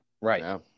Right